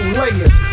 layers